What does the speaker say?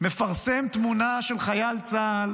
חבר הכנסת עופר כסיף מפרסם תמונה של חייל צה"ל